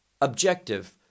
objective